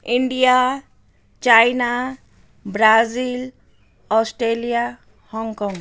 India China Brazil Australia Hong Kong